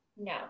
no